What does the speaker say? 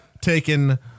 taken